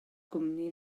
cwmni